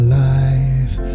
life